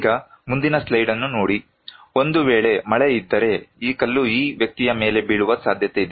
ಈಗ ಮುಂದಿನ ಸ್ಲೈಡ್ ಅನ್ನು ನೋಡಿ ಒಂದು ವೇಳೆ ಮಳೆ ಇದ್ದರೆ ಈ ಕಲ್ಲು ಈ ವ್ಯಕ್ತಿಯ ಮೇಲೆ ಬೀಳುವ ಸಾಧ್ಯತೆಯಿದೆ